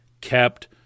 kept